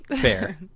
fair